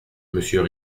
monsieur